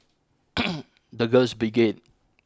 the Girls Brigade